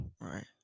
Right